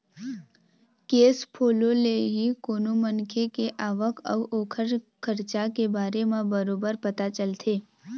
cash follow ले ही कोनो मनखे के आवक अउ ओखर खरचा के बारे म बरोबर पता चलथे